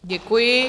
Děkuji.